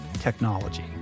technology